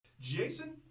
Jason